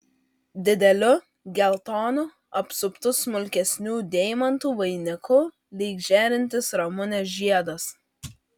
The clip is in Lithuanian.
dideliu geltonu apsuptu smulkesnių deimantų vainiku lyg žėrintis ramunės žiedas